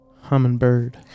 hummingbird